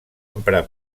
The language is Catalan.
emprar